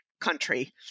country